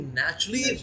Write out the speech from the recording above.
naturally